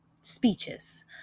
speeches